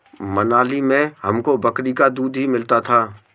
मनाली में हमको बकरी का दूध ही मिलता था